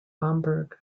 bamberg